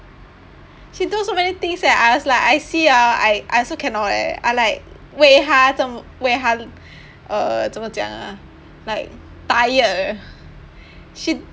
she do so many things eh I was like I see ah I I also cannot leh I like 为她这么为她 uh 怎么讲啊 like tired eh she